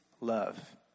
love